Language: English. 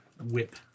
whip